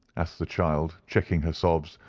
asked the child, checking her sobs,